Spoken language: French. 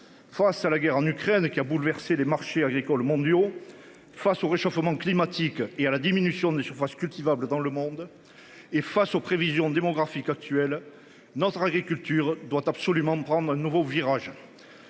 Face à la guerre en Ukraine qui a bouleversé les marchés agricoles mondiaux. Face au réchauffement climatique et à la diminution des surfaces cultivables dans le monde. Et face aux prévisions démographiques actuelles notre agriculture doit absolument prendre un nouveau virage.